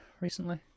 recently